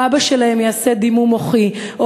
או לאבא שלהם יהיה דימום מוחי,